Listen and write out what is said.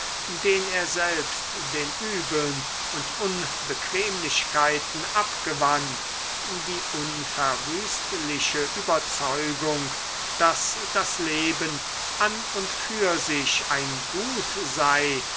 den er selbst den übeln und unbequemlichkeiten abgewann die unverwüstliche überzeugung daß das leben an und für sich ein gut sei